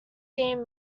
theme